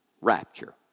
rapture